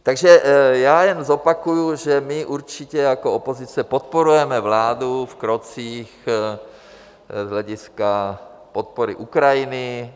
Takže já jen zopakuji, že my určitě jako opozice podporujeme vládu v krocích z hlediska podpory Ukrajiny.